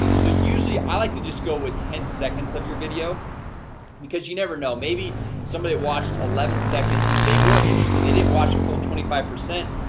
so usually i like to just go with ten seconds of your video because you never know maybe somebody watched eleven seconds. they were interested they didn't watch a full twenty five percent,